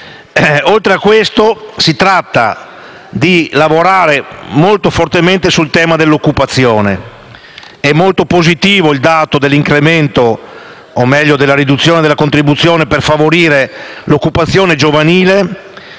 Oltre a questo, bisogna lavorare molto fortemente sul tema dell'occupazione. È molto positivo il dato dell'incremento o, meglio, della riduzione della contribuzione per favorire l'occupazione giovanile.